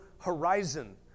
horizon